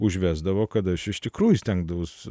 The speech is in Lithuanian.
užvesdavo kad aš iš tikrųjų stengdavausi